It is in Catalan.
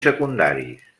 secundaris